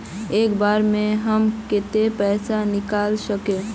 एक बार में हम केते पैसा निकल सके?